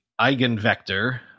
eigenvector